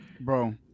Bro